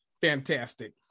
Fantastic